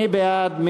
מי בעד?